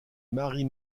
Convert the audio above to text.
marie